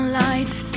lights